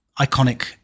iconic